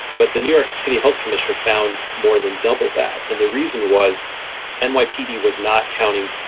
but the new york city health commissioner found more than double that. and the reason was and nypd was not counting